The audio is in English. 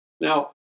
Now